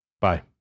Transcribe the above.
bye